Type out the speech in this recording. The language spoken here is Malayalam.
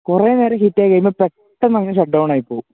കുറേ നേരം ഹീറ്റായി കഴിയുമ്പോള് പെട്ടെന്നങ്ങ് ഷട്ട് ഡൗണായി പോകും